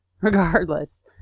Regardless